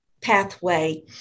pathway